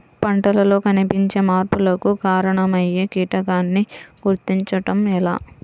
పంటలలో కనిపించే మార్పులకు కారణమయ్యే కీటకాన్ని గుర్తుంచటం ఎలా?